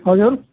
हजुर